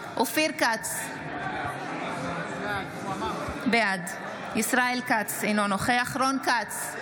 אופיר כץ, בעד ישראל כץ, אינו נוכח רון כץ,